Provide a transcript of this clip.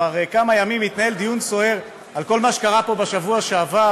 כבר כמה ימים מתנהל דיון סוער על כל מה שקרה פה בשבוע שעבר